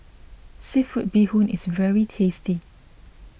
Seafood Bee Hoon is very tasty